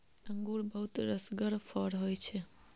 अंगुर बहुत रसगर फर होइ छै